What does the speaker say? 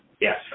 Yes